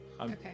Okay